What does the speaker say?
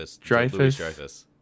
Dreyfus